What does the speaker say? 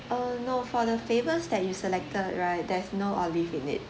uh no for the flavors that you selected right there's no olive in it